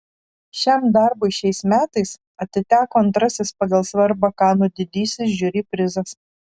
šiam darbui šiais metais atiteko antrasis pagal svarbą kanų didysis žiuri prizas